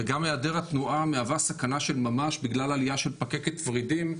וגם היעדר התנועה מהווה סכנה של ממש בגלל עלייה של פקקת ורידים.